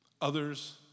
others